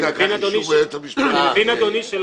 אדוני,